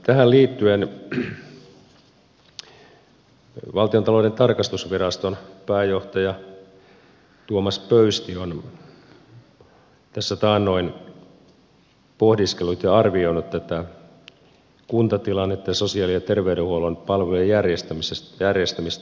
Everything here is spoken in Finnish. tähän liittyen valtiontalouden tarkastusviraston pääjohtaja tuomas pöysti on tässä taannoin pohdiskellut ja arvioinut tätä kuntatilannetta ja sosiaali ja terveydenhuollon palvelujen järjestämistä